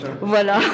Voilà